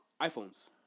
iPhones